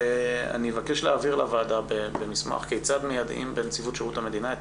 אבקש להעביר לוועדה במסמך כיצד מיידעים בנציבות שירות המדינה את